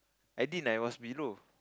I didn't I was below